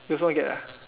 you also want to get